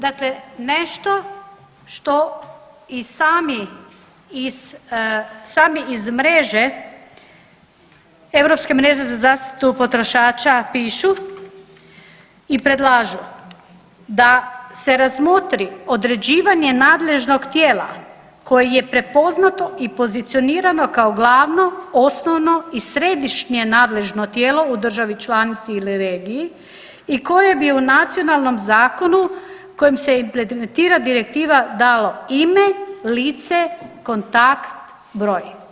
Dakle, nešto što i sami iz mreže, Europske mreže za zaštitu potrošača pišu i predlažu da se razmotri određivanje nadležnog tijela koje je prepoznato i pozicionirano kao glavno, osnovno i središnje nadležno tijelo u državi članici ili regiji i koje bi u nacionalnom zakonu kojim se implementira direktiva dalo ime, lice, kontakt, broj.